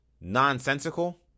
nonsensical